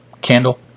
candle